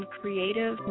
creative